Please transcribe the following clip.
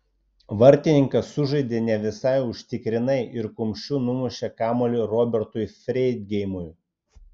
vartininkas sužaidė ne visai užtikrinai ir kumščiu numušė kamuolį robertui freidgeimui